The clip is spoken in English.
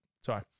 sorry